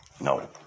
No